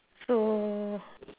so